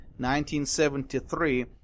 1973